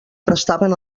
prestaven